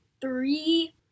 three